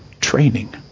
training